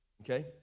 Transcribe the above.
okay